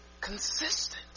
consistent